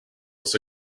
was